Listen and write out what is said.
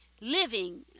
Living